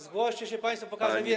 Zgłoście się państwo, pokażę więcej.